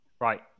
Right